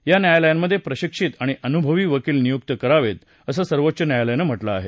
या न्यायालयांमध्ये प्रशिक्षित आणि अनुभवी वकील नियुक्त करावेत असं सर्वोच्च न्यायालयानं म्हटलं आहे